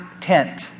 tent